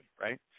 right